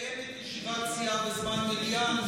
מקובל שמפלגת השלטון מקיימת ישיבת סיעה בזמן מליאה?